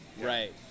Right